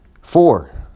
Four